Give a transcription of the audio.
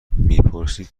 میپرسید